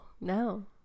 no